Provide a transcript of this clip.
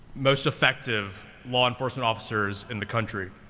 most effective law enforcement officers in the country.